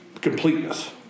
completeness